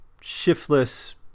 shiftless